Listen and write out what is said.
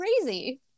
crazy